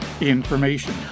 information